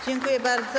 Dziękuję bardzo.